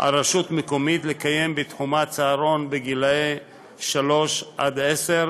על רשות מקומית לקיים בתחומה צהרון לגילאי שלוש עד עשר,